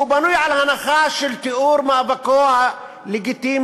הוא בנוי על הנחה של תיאור מאבקו הלגיטימי